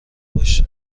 باش